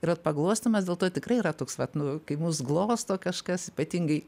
ir vat paglostymas dėl to tikrai yra toks vat nu kaip mus glosto kažkas ypatingai